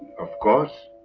of course.